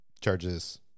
Charges